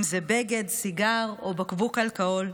אם זה בגד, סיגר או בקבוק אלכוהול.